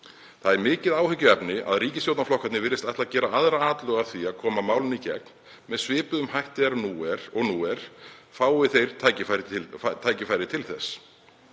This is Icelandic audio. Það er mikið áhyggjuefni að ríkisstjórnarflokkarnir virðist ætla að gera aðra atlögu að því að koma málinu í gegn, með svipuðum hætti og nú er, fái þeir tækifæri til þess.